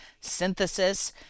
synthesis